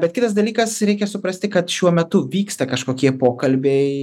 bet kitas dalykas reikia suprasti kad šiuo metu vyksta kažkokie pokalbiai